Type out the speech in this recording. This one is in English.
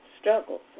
struggles